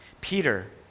Peter